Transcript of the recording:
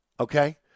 okay